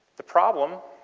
the problem,